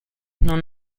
non